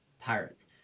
Pirates